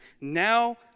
Now